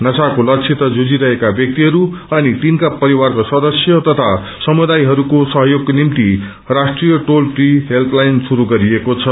नशाको सतसित जुझिरहेका व्यक्तिहरू अनि तिनका परिवारका सदस्य तथा समुदायहरूको सहयोगको निम्ति राष्ट्रीय टोल फ्री हेल्पलाइन श्रुस गरिएको छ